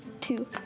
two